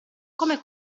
come